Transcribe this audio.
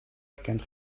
kent